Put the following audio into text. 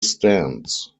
stands